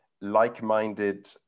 like-minded